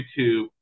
YouTube